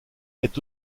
est